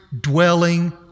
dwelling